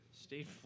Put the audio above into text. State